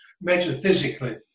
metaphysically